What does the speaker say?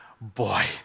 boy